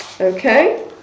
Okay